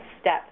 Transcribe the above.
step